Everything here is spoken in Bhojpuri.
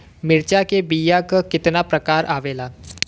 मिर्चा के बीया क कितना प्रकार आवेला?